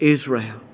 Israel